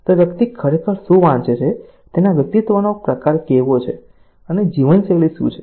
તો વ્યક્તિ ખરેખર શું વાંચે છે તેના વ્યક્તિત્વનો પ્રકાર કેવો છે અને જીવનશૈલી શું છે